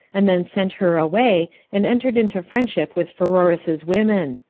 and then sent her away, and entered into friendship with pheroras's women.